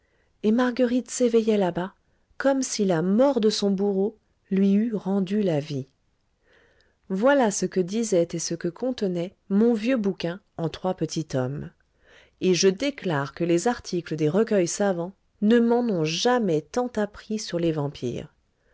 et marguerite s'éveillait là-bas comme si la mort de son bourreau lui eût rendu la vie voilà ce que disait et ce que contenait mon vieux bouquin en trois petits tomes et je déclare que les articles des recueils savants ne m'en ont jamais tant appris sur les vampires